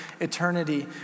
eternity